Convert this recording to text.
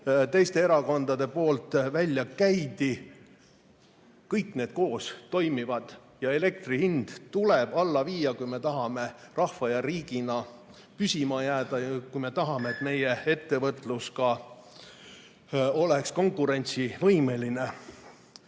opositsioonierakonnad on välja käinud. Kõik need koos toimivad. Elektrihind tuleb alla viia, kui me tahame rahva ja riigina püsima jääda ja kui me tahame, et meie ettevõtlus oleks konkurentsivõimeline. Kui